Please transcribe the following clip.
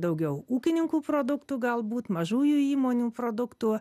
daugiau ūkininkų produktų galbūt mažųjų įmonių produktų